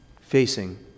facing